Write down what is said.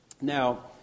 Now